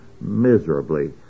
miserably